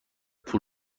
پول